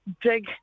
dig